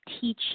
teach